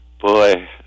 Boy